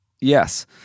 yes